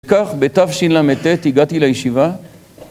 וכך בתשלט הגעתי לישיבה